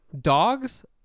Dogs